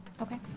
Okay